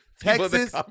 Texas